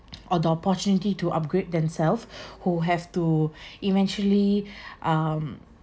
or the opportunity to upgrade themselves who have to eventually um